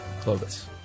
Clovis